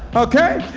okay?